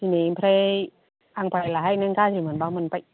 दिनैनिफ्राय आं बायलाहाय नों गाज्रि मोनबा मोनबाय